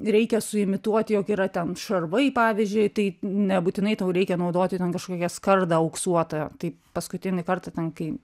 reikia suimituoti jog yra ten šarvai pavyzdžiui tai nebūtinai tau reikia naudoti ten kažkokią skardą auksuotą tai paskutinį kartą ten kai